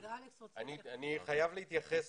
אני חייב להתייחס